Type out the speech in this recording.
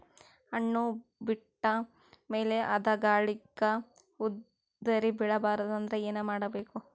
ಹಣ್ಣು ಬಿಟ್ಟ ಮೇಲೆ ಅದ ಗಾಳಿಗ ಉದರಿಬೀಳಬಾರದು ಅಂದ್ರ ಏನ ಮಾಡಬೇಕು?